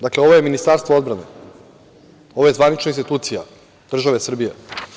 Dakle, ovo je Ministarstvo odbrane, ovo je zvanična institucija države Srbije.